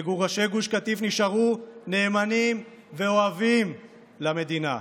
מגורשי גוש קטיף נשארו נאמנים ואוהבים למדינה.